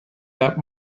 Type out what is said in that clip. that